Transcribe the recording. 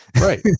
Right